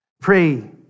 Pray